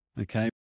okay